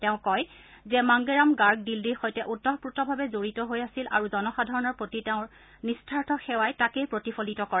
তেওঁ কয় যে মাঙ্গেৰাম গাৰ্গ দিল্লীৰ সৈতে ওতঃপ্ৰোতভাৱে জড়িত হৈ আছিল আৰু জনসাধাৰণৰ প্ৰতি তেওঁৰ নিস্বাৰ্থ সেৱাই তাকেই প্ৰতিফলিত কৰে